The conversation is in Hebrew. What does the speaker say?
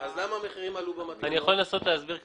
סטירה